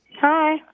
Hi